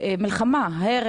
יש מלחמה,